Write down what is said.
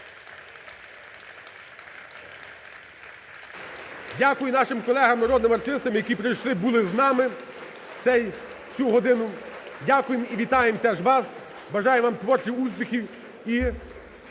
Дякую нашим колегам, народним артистам, які прийшли, були з нами в цю годину. Дякуємо і вітаємо теж вас. Бажаю вам творчих успіхів, і